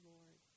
Lord